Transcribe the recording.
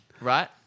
Right